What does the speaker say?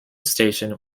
station